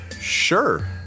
sure